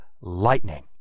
lightning